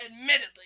admittedly